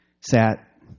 sat